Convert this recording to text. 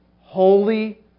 holy